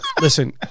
listen